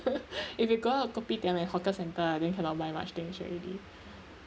if you go out kopitiam and hawker centre I think cannot buy much things already